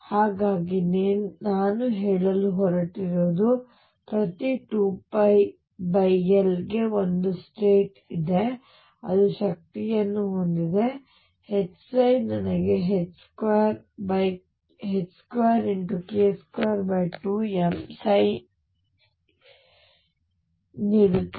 ಹಾಗಾಗಿ ನಾನು ಹೇಳಲು ಹೊರಟಿರುವುದು ಪ್ರತಿ 2πL ಗೆ ಒಂದು ಸ್ಟೇಟ್ ಇದೆ ಅದು ಶಕ್ತಿಯನ್ನು ಹೊಂದಿದೆ Hψ ನನಗೆ 2k22m ψ ನೀಡುತ್ತದೆ